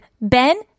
Ben